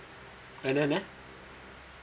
and then